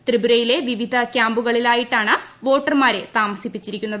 ത്രിപുരയിലെ വിവിധ ക്യാമ്പുകളിലായിട്ടാണ് വോട്ടർമാരെ താമസിപ്പിച്ചിരിക്കുന്നത്